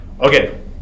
Okay